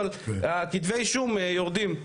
אבל הכתבי אישום יורדים.